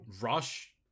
rush